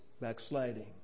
backsliding